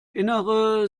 innere